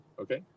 okay